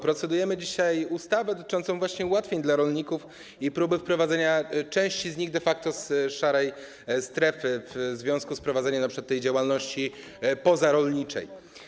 Procedujemy dzisiaj ustawę dotyczącą ułatwień dla rolników i próby wyprowadzenia części z nich de facto z szarej strefy w związku z prowadzeniem np. działalności pozarolniczej.